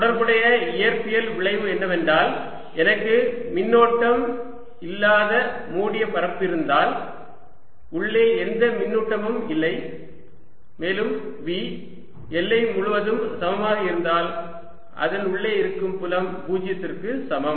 தொடர்புடைய இயற்பியல் விளைவு என்னவென்றால் எனக்கு மின்னோட்டம் இல்லாத மூடிய பரப்பு இருந்தால் உள்ளே எந்த மின்னூட்டமும் இல்லை மேலும் V எல்லை முழுவதும் சமமாக இருந்தால் அதன் உள்ளே இருக்கும் புலம் 0 க்கு சமம்